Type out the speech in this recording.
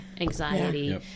Anxiety